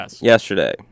yesterday